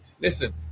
listen